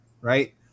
right